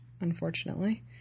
unfortunately